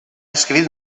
escrit